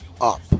up